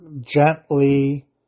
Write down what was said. gently